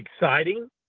exciting